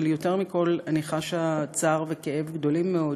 אבל יותר מכול אני חשה צער וכאב גדולים מאוד